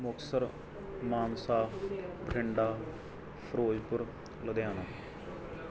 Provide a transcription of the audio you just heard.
Muktsar Mansa Bathinda Firozpur Ludhiana